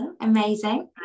Amazing